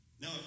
Now